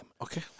Okay